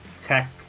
tech